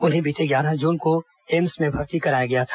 उन्हें बीते ग्यारह जून को एम्स में भर्ती कराया गया था